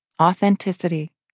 authenticity